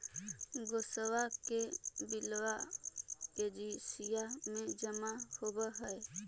गैसवा के बिलवा एजेंसिया मे जमा होव है?